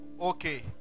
okay